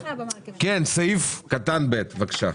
סעיף קטן (2), בבקשה.